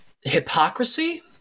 hypocrisy